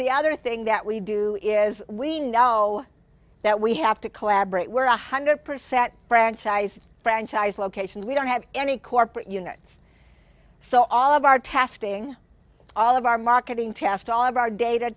the other thing that we do is we know that we have to collaborate we're one hundred percent franchise franchise locations we don't have any corporate units so all of our tasking all of our marketing test all of our data